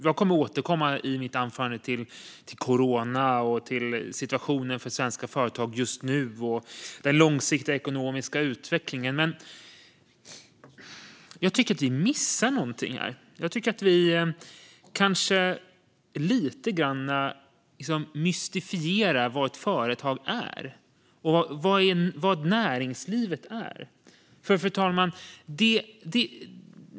Jag kommer att åtkomma i mitt anförande till corona, situationen för svenska företag just nu och den långsiktiga ekonomiska utvecklingen, men jag tycker att vi missar något här. Jag tycker att vi kanske lite grann mystifierar vad ett företag och näringslivet är.